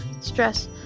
Stress